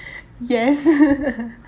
yes